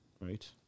Right